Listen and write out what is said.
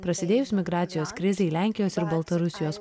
prasidėjus migracijos krizei lenkijos ir baltarusijos